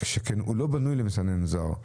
שכן הוא לא בנוי למסנן זר.